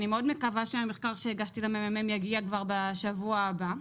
אני מאוד מקווה שהמחקר שהגשתי יגיע כבר בשבוע הבא,